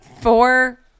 Four